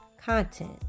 content